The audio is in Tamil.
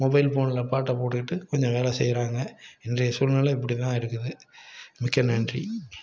மொபைல் ஃபோனில் பாட்டை போட்டுக்கிட்டு கொஞ்சம் வேலை செய்கிறாங்க இன்றைய சூழ்நிலை இப்படி தான் இருக்குது மிக்க நன்றி